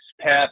pep